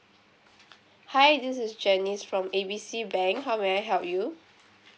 hi this is janice from A B C bank how may I help you